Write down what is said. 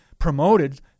Promoted